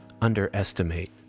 underestimate